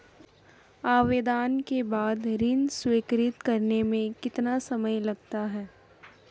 आवेदन के बाद ऋण स्वीकृत करने में कितना समय लगता है?